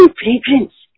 fragrance